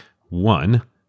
One